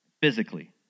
physically